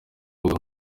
mbuga